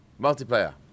multiplayer